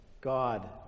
God